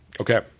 Okay